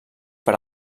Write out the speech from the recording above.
per